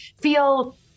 feel